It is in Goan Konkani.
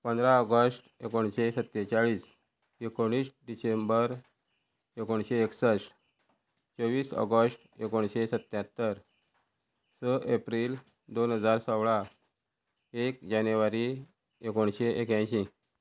पंदरा ऑगस्ट एकोणिशे सत्तेचाळीस एकोणीस डिसेंबर एकुणशे एकसश्ट चोव्वीस ऑगस्ट एकोणशे सत्त्यात्तर स एप्रील दोन हजार सोळा एक जानेवारी एकोणशे एक्यांशी